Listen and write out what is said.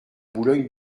boulogne